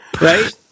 right